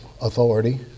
authority